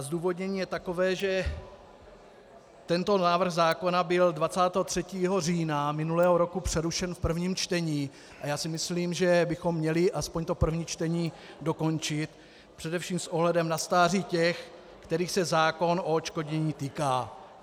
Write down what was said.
Zdůvodnění je takové, že tento návrh zákona byl 23. října minulého roku přerušen v prvním čtení a já si myslím, že bychom měli aspoň to první čtení dokončit především s ohledem na stáří těch, kterých se zákon o odškodnění týká.